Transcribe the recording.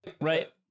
Right